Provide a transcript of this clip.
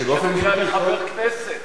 זה עניין שנוגע לחבר כנסת,